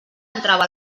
entrava